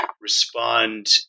respond